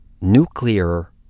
nuclear